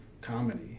comedy